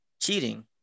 cheating